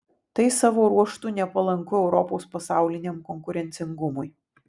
tai savo ruožtu nepalanku europos pasauliniam konkurencingumui